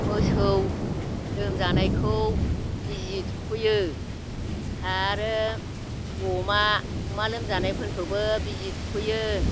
मोसौ लोमजानायखौ बिजि थुफैयो आरो अमा अमा लोमजानायफोरखौबो बिजि थुफैयो